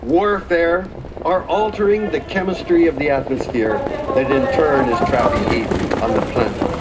warfare are altering the chemistry of the atmosphere that in turn is trapping heat on the planet.